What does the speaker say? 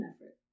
effort